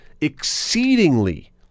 exceedingly